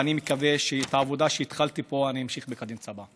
ואני מקווה שאת העבודה שהתחלתי פה אני אמשיך בקדנציה הבאה.